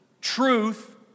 truth